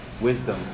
Wisdom